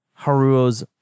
Haruo's